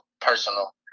personal